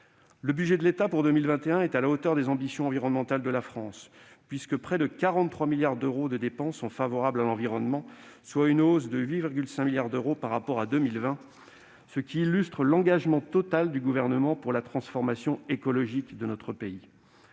Le budget de l'État pour 2021 est à la hauteur des ambitions environnementales de la France, puisque près de 43 milliards d'euros de dépenses sont favorables à l'environnement, soit une hausse de 8,5 milliards d'euros par rapport à 2020, ce qui illustre l'engagement total du Gouvernement pour la transformation écologique de notre pays.